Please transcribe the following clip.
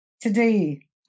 Today